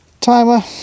Timer